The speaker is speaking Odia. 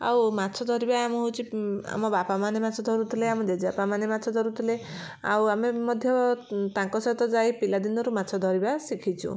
ଆଉ ମାଛ ଧରିବା ଆମ ହେଉଛି ଆମ ବାପାମାନେ ମାଛ ଧରୁଥିଲେ ଆମ ଜେଜେବାପା ମାନେ ମାଛ ଧରୁଥିଲେ ଆଉ ଆମେ ମଧ୍ୟ ତାଙ୍କ ସହିତ ଯାଇ ପିଲା ଦିନରୁ ମାଛ ଧରିବା ଶିଖିଛୁ